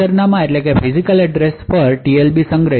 ફિજિકલસરનામાં પર TLB સંગ્રહિત છે